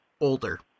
older